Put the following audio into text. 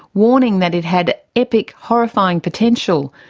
warning that it had epic, horrifying potential,